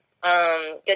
good